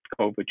COVID